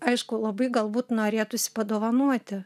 aišku labai galbūt norėtųsi padovanoti